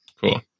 Cool